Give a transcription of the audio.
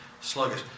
sluggish